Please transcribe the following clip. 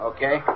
Okay